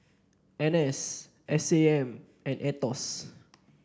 N S S A M and Aetos